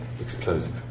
explosive